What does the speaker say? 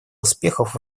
успехов